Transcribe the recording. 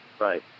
Right